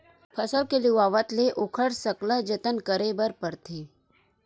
फसल के लुवावत ले ओखर सकला जतन करे बर परथे